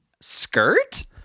skirt